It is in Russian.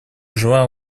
желаем